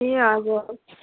ए हजुर